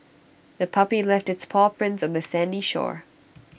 the puppy left its paw prints on the sandy shore